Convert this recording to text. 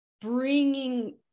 bringing